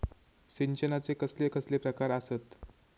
सिंचनाचे कसले कसले प्रकार आसत?